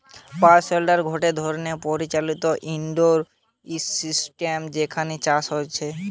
bioshelter গটে ধরণের পরিচালিত ইন্ডোর ইকোসিস্টেম যেখানে চাষ হয়টে